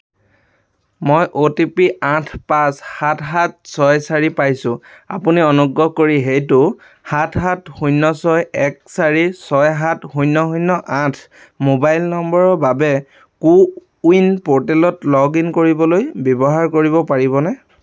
মই O T P আঠ পাঁচ সাত সাত ছয় চাৰি পাইছোঁ আপুনি অনুগ্ৰহ কৰি সেইটো সাত সাত শূণ্য ছয় এক চাৰি ছয় সাত শূন্য় শূন্য় আঠ মোবাইল নম্বৰৰ বাবে কো ৱিন প'ৰ্টেলত লগ ইন কৰিবলৈ ব্যৱহাৰ কৰিব পাৰিবনে